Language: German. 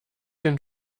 den